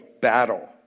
battle